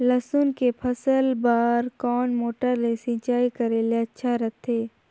लसुन के फसल बार कोन मोटर ले सिंचाई करे ले अच्छा रथे?